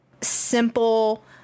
simple